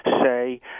say